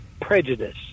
prejudice